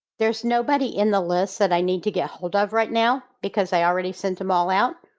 there's nobody in the list that i need to get hold of right now because i already sent them all out.